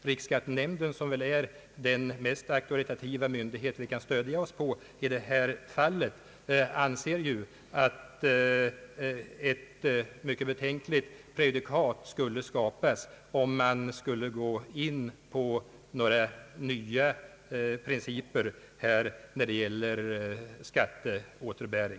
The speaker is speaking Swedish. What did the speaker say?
Riksskattenämnden, som väl är den mest auktoritativa myndighet vi kan stödja oss på i det här fallet, anser att ett mycket betänkligt prejudikat skulle skapas, om man gick med på några nya principer här när det gäller skatteåterbäring.